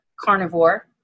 carnivore